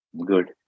good